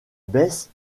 baisse